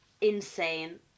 insane